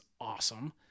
awesome